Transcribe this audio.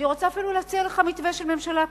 אני רוצה אפילו להציע לך מתווה של ממשלה כזאת: